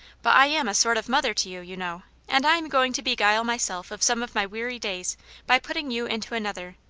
but i am a sort of mother to you, you know, and i am going to beguile myself of some of my weary days by putting you into another.